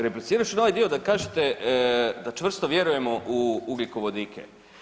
Replicirat ću na ovaj dio da kažete da čvrsto vjerujemo u ugljikovodike.